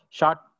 short